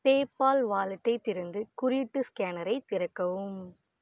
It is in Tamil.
பேபால் வாலெட்டை திறந்து குறியீட்டு ஸ்கேனரை திறக்கவும்